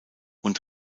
und